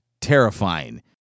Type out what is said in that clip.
terrifying